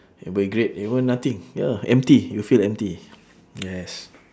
it'll be great everyone nothing ya empty you feel empty yes